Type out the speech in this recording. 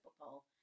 typical